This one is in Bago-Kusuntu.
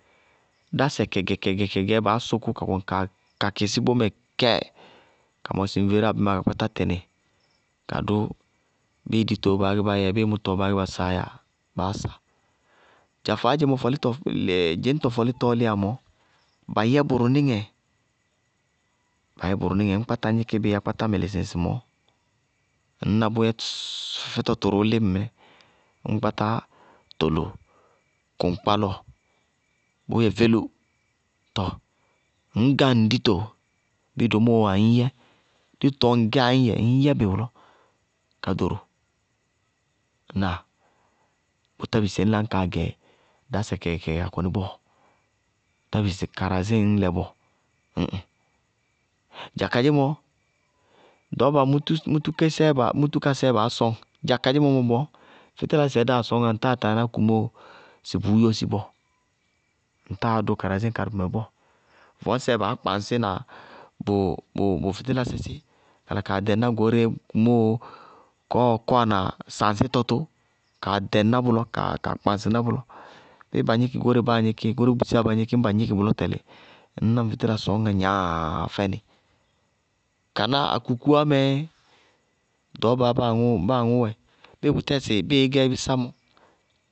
Dásɛ kɛgɛ-kɛgɛ-kɛgɛɛ baá sʋkʋ ka kɔŋ kaa kakɩ sɩ bómɛ kɛ! Ka mɔsɩ ŋveráa bɛmáa ka kpátá tɩnɩ, kadʋ, bɩɩ ditoó baá gɛ bá yɛɛ, bɩɩ mʋtɔɔ baá gɛ bá saáyáa, báá sa. Dza faádzemɔ fɔlɩtɔ, dzɩñtɔ fɔlɩtɔ ɔ lɩyamɔɔ, ba yɛ tʋrʋnɩŋɛ, ŋñ kpáta ŋɩkɩ bɩɩ yá kpátá mɩlɩsɩ ŋsɩmɔɔ, ŋñná bʋʋ yɛ tsss! Fɛfɛtɔ tʋrʋʋ lɩ bʋmɛ, ññ kpátá tʋlʋ kʋŋkpálɔɔ, bʋʋ yɛ velu! Tɔɔ ŋñ gáŋ ŋ dito, bɩɩ domóo wáa ŋñ yɛ. Dito tɔɔ ŋŋgɛyá ñ yɛ, ŋñyɛ bɩ bʋlɔ ka doro. Ŋnáa? Bʋtá bisí ñ la ñ kaa gɛ dásɛ kɛgɛ-kɛgɛ-kɛgɛ ka kɔnɩ bɔɔ, bʋká bisí karazɩm ñlɛ bɔɔ, ñ ŋ. Dza kadzémɔ, ɖɔɔba mútúkésɛɛ baá mútúkasɛɛ baá sɔñ. Dza kadzémɔ mɔ, fɩtɩlasɛ sɛɛ dáa sɔñŋá ŋtáa taa ná kumóo sɩ bʋʋ yósi bɔɔ, ŋtáa dʋ karazɩm ka bʋmɛ bɔɔ. Vɔɔsɛɛɛ baá kpaŋsɩ na bʋ fɩtɩlasɛ sɩ, kala kaa ɖɛŋ ná goóreé kumóo kɔɔɔ kɔwana saŋsɩtɔ tʋ kaa ɖɛŋ ná bʋlɔ ka kpaŋsɩ ná bʋlɔ. Bɩɩ ba gnɩkɩ goóreé báa gnɩkɩ goóreé bʋ bisiyá bá gnɩkɩ bɩɩ ba gnɩkɩ bʋlɔ tɛlɩ, ŋñná ŋ fɩtɩla sɔñŋŋá gnaa fɛnɩ. Kaná, akukuwá mɛɛ ɖɔɔba báaaŋʋ wɛ. Bɩɩ bʋtɛɛ sɩ bɩɩ ɩɩ gɛ ɩ bɩsá mɔ.